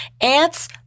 Ants